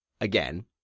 again